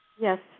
Yes